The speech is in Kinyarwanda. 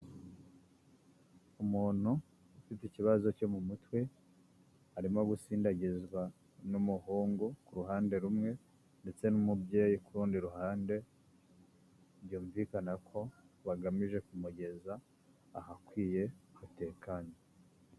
Umuntu ufite ikibazo cyo mu mutwe, arimo gusindagizwa n'umuhungu ku ruhande rumwe ndetse n'umubyeyi ku rundi ruhande, byumvikana ko bagamije kumugeza ahakwiye hatekanye.